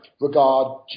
regard